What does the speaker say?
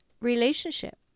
relationship